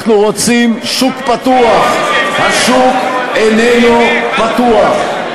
אנחנו רוצים שוק פתוח, והשוק איננו פתוח.